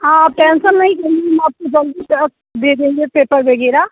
हाँ आप टेंसन नहीं करिए हम आपको जल्दी तक भेजेंगे पेपर वगैरह